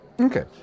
Okay